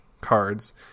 cards